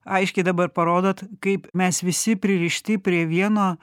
aiškiai dabar parodot kaip mes visi pririšti prie vieno